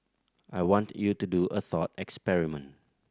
I want you to do a thought experiment